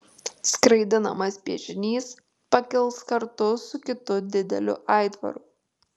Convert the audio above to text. skraidinamas piešinys pakils kartu su kitu dideliu aitvaru